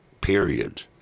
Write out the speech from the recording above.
period